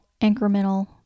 incremental